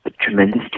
tremendous